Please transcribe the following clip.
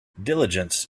diligence